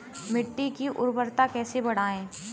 मिट्टी की उर्वरता कैसे बढ़ाएँ?